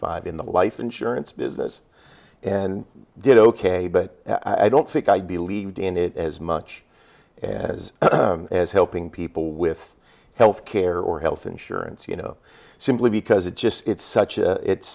five in the life insurance business and did ok but i don't think i believed in it as much as as helping people with health care or health insurance you know simply because it's just it's such a it's